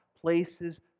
Places